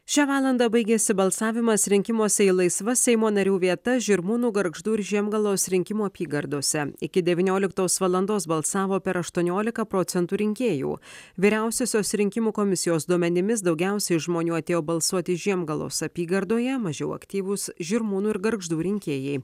šią valandą baigėsi balsavimas rinkimuose į laisvas seimo narių vietas žirmūnų gargždų ir žiemgalos rinkimų apygardose iki devynioliktos valandos balsavo per aštuoniolika procentų rinkėjų vyriausiosios rinkimų komisijos duomenimis daugiausiai žmonių atėjo balsuoti žiemgalos apygardoje mažiau aktyvūs žirmūnų ir gargždų rinkėjai